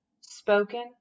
spoken